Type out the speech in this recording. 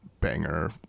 banger